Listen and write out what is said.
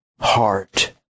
heart